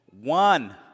One